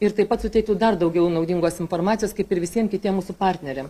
ir taip pat suteiktų dar daugiau naudingos informacijos kaip ir visiem kitiem mūsų partneriam